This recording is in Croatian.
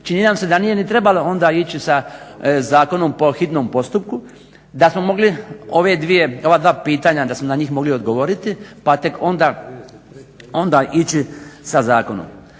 Čini nam se da nije ni trebalo onda ići sa zakonom po hitnom postupku, da smo mogli ova dva pitanja da smo na njih mogli odgovoriti pa tek onda ići sa zakonom